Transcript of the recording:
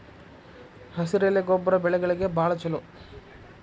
ಹಸಿರೆಲೆ ಗೊಬ್ಬರ ಬೆಳೆಗಳಿಗೆ ಬಾಳ ಚಲೋ